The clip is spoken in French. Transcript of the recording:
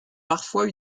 parfois